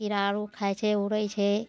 कीड़ा आओर खाइ छै उड़ै छै